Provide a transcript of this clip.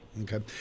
Okay